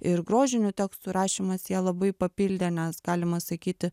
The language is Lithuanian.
ir grožinių tekstų rašymas ją labai papildė nes galima sakyti